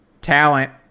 talent